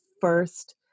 first